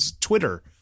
Twitter